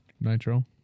Nitro